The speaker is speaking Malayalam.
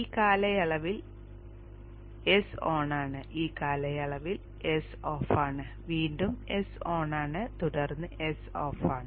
ഈ കാലയളവിൽ S ഓണാണ് ഈ കാലയളവിൽ S ഓഫാണ് വീണ്ടും S ഓണാണ് തുടർന്ന് S ഓഫാണ്